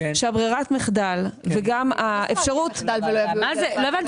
שברירת המחדל וגם האפשרות --- לא הבנתי,